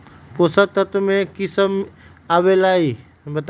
पोषक तत्व म की सब आबलई बताई?